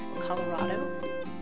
Colorado